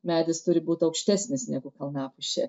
medis turi būti aukštesnis negu kalnapušė